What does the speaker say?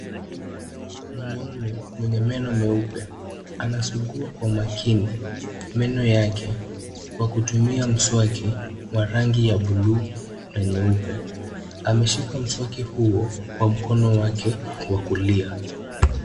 Mwanaume, mwenye meno meupe, anasugua kwa makini meno yake, kwa kutumia mswaki, wa rangi ya bluu na nyeupe. Ameshika mswaki huo, kwa mkono wake wa kulia.